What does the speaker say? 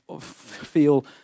feel